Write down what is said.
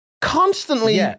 constantly